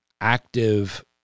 active